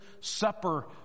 supper